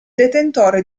detentore